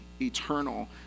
eternal